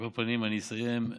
על כל פנים, אסיים.